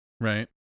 right